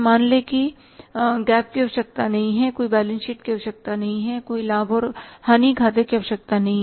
मान लें कि GAAP की आवश्यकता नहीं है कोई बैलेंस शीट की आवश्यकता नहीं है कोई लाभ और हानि खाते की आवश्यकता नहीं है